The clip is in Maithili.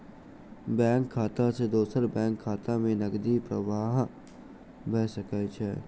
बैंक खाता सॅ दोसर बैंक खाता में नकदी प्रवाह भ सकै छै